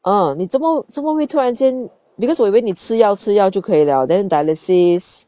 uh 你这么怎么会突然间 because 我以为你吃药吃药就可以了 then dialysis